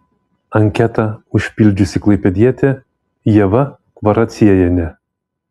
anketą užpildžiusi klaipėdietė ieva kvaraciejienė